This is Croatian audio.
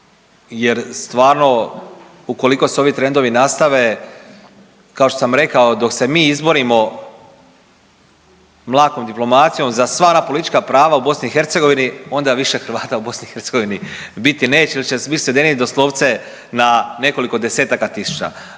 jer stvarno ukoliko se ovi trendovi nastave kao što sam rekao dok se mi izborimo mlakom diplomacijom za sva ona politička prava u BiH onda više Hrvata u BiH biti neće jel će biti svedeni doslovce na nekoliko desetaka tisuća